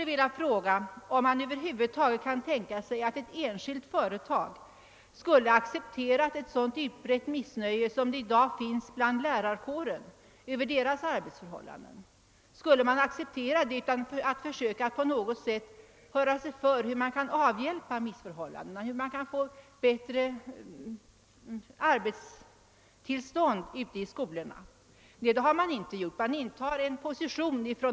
Jag vill fråga, om man över huvud taget kan tänka sig att ett enskilt företag skulle acceptera ett så utbrett missnöje som det som i dag förekommer inom lärarkåren över arbetsförhållandena. Skulle man verkligen acceptera ett sådant utan att på något sätt undersöka hur missförhållandena skulle kunna avhjälpas och en bättre arbetssituation skapas ute i skolorna? Det har de statliga myndigheterna inte gjort.